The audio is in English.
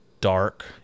dark